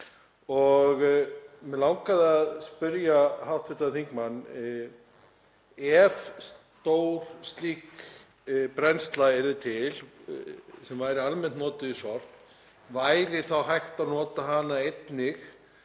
Mig langaði að spyrja hv. þingmann: Ef stór slík brennsla yrði til sem væri almennt notuð í sorp, væri þá hægt að nota hana einnig